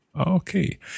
Okay